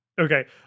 Okay